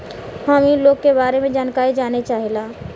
हम इ लोन के बारे मे जानकारी जाने चाहीला?